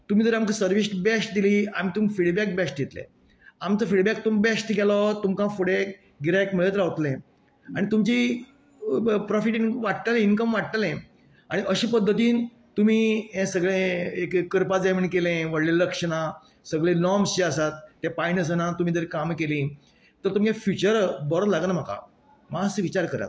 तुमी जर आमकां सर्विस बेश्ट दिली आमी तुमकां फिडबॅक बेश्ट दितले आमचो फिडबॅक तुमकां बेश्ट गेलो तुमकां फुडें गिरायक मेळत रावतलें आनी तुमची प्रोफिट तुमची वाडटली इनकम वाडटलें आनी अशें पद्दतीन तुमी हें सगळें एक एक करपा जाय म्हण केलें व्हडलें लक्ष ना सगले नाॅर्म्स जे आसात तें पाळिनासतना तुमी जर कामां केलीं तर तुमचें फ्युचर बरो लागना म्हाका मात्सो विचार करात